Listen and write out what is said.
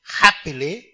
happily